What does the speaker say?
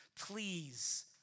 please